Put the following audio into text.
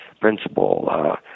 principal